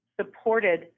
supported